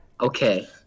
Okay